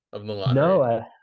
No